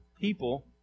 people